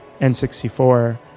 N64